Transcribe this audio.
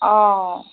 অ